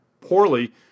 poorly